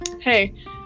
hey